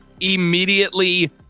immediately